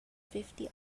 fifty